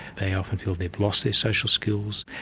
they often feel they've lost their social skills,